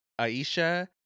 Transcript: Aisha